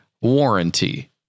warranty